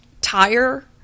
tire